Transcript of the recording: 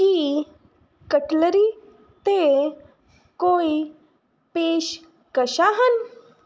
ਕੀ cutlery 'ਤੇ ਕੋਈ ਪੇਸ਼ਕਸ਼ਾਂ ਹਨ